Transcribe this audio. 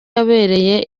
habereye